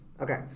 Okay